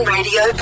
Radio